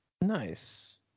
Nice